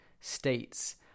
states